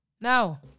No